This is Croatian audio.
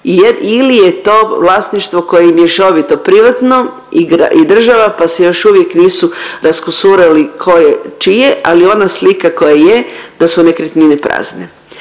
ili je to vlasništvo koje je mješovito privatno i država pa se još uvijek nisu raskusurali ko je čije, ali ona slika koja je da su nekretnine prazne.